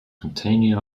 catania